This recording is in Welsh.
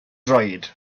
droed